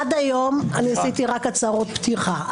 עד היום עשיתי רק הצהרות פתיחה.